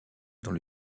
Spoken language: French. dans